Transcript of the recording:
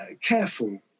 careful